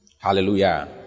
Hallelujah